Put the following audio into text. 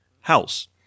house